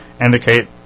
indicate